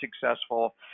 successful